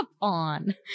on